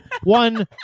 one